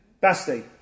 Basti